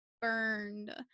burned